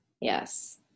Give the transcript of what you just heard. yes